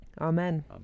Amen